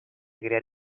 crear